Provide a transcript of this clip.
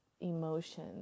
emotion